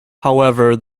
however